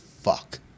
Fuck